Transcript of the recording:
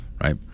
right